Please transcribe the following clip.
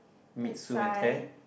the sign